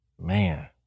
Man